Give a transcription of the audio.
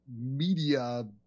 media